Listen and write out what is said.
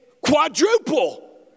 quadruple